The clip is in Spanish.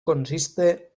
consiste